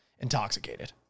intoxicated